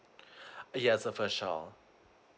yes her first child